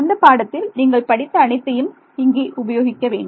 அந்தப் பாடத்தில் நீங்கள் படித்த அனைத்தையும் இங்கே உபயோகிக்கவேண்டும்